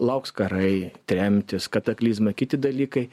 lauks karai tremtys kataklizmai kiti dalykai